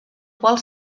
qual